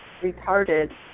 retarded